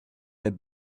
their